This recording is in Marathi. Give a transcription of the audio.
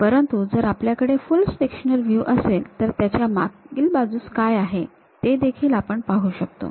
परंतु जर आपल्याकडे फुल सेक्शनल व्ह्यू असेल तर त्याच्या मागील बाजूस काय आहे ते देखील आपण पाहून शकतो